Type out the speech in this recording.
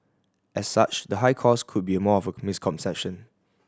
as such the high cost could be more of a misconception